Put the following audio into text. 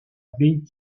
baie